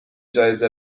جایزه